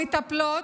למטפלות,